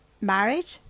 married